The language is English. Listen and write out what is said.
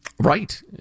Right